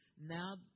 now